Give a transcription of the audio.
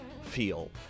feel